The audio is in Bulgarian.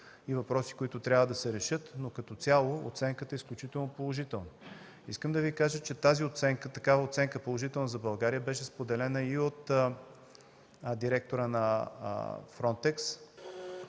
и въпроси, които трябва да се решат, но като цяло оценката е изключително положителна. Искам да Ви кажа, че такава положителна оценка за България беше споделена и от директора на